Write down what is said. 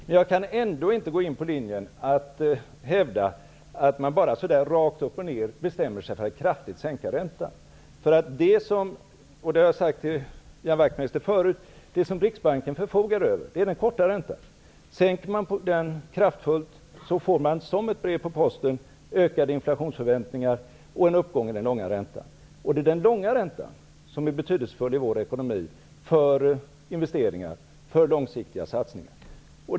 Men jag kan ändå inte hävda att man rakt upp och ner skall bestämma sig för att kraftigt sänka räntan. Jag har tidigare sagt till Ian Wachtmeister att det som Riksbanken förfogar över är den korta räntan. Sänker man den kraftfullt, får man som ett brev på posten ökade inflationsförväntningar och en uppgång i den långa räntan, och det är den långa räntan som är betydelsefull för vår ekonomi, för investeringar och för långsiktiga satsningar.